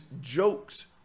jokes